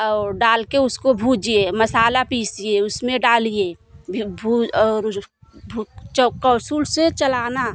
और डाल के उसको भूजिये मसाला पीसीए उसमें डालिए करछुल से चलाना